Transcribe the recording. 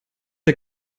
ihr